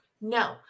No